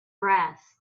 brass